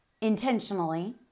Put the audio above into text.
intentionally